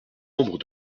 membre